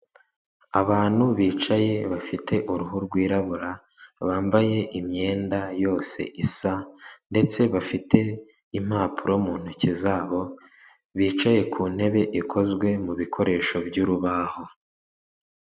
Abantu bicaye bafite uruhu rwirabura, bambaye imyenda yose isa, ndetse bafite impapuro mu ntoki zabo, bicaye ku ntebe ikozwe mu bikoresho by'urubaho.